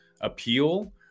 appeal